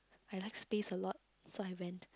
I like space a lot so I went